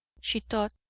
she thought,